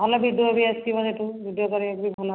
ଭଲ ଭିଡ଼ିଓ ବି ଆସିବ ସେଠୁ ଭିଡ଼ିଓ କରିବାକୁ ବି ଭଲ ହେବ